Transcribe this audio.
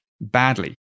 badly